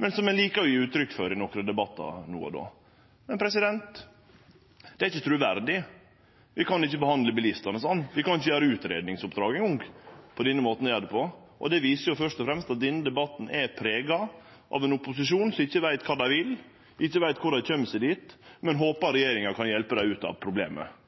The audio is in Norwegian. men som ein liker å gje uttrykk for i nokre debattar no og då. Det er ikkje truverdig. Vi kan ikkje behandle bilistane slik. Vi kan ikkje gjere utgreiingsoppdrag eingong – med denne måten å gjere det på. Det viser først og fremst at denne debatten er prega av ein opposisjon som ikkje veit kva han vil, ikkje veit korleis han kjem seg dit, men håper at regjeringa kan hjelpe han ut av problemet.